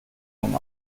ein